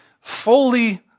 fully